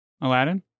Aladdin